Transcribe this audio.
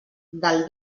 del